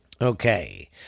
Okay